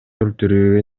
өлтүрүүгө